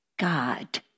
God